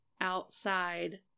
outside